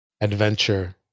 Adventure